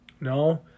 No